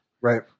Right